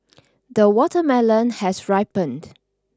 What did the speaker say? the watermelon has ripened